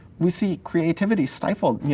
we see creativity stifled. yeah